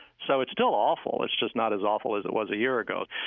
so it's still awful, it's just not as awful as it was a year ago.